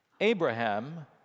Abraham